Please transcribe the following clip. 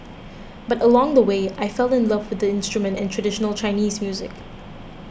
but along the way I fell in love with the instrument and traditional Chinese music